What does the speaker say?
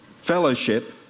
fellowship